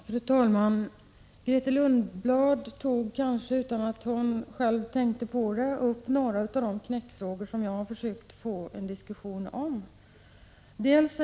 Fru talman! Grethe Lundblad tog, kanske utan att hon själv tänkte på det, upp några av de knäckfrågor som jag har försökt få en diskussion om.